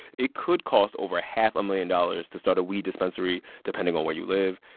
it could cost over a half a million dollars to start a weed dispensary depending on where you live.